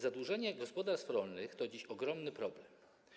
Zadłużenie gospodarstw rolnych to dziś ogromny problem.